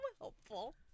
helpful